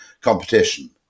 competition